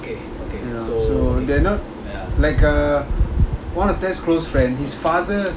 you know so they're not like uh one of test close friend his father